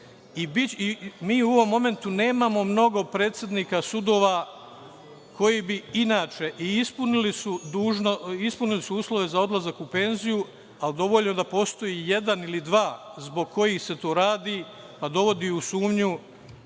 u ovom momentu nemamo mnogo predsednika sudova koji bi inače, i ispunili su uslove za odlazak u penziju, ali dovoljno da postoji jedan ili dva, zbog kojih se to radi, pa dovodi u sumnju